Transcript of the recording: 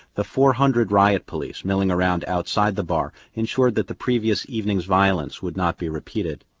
the four hundred riot police milling around outside the bar ensured that the previous evening's violence would not be repeated.